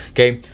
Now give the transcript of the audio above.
okay,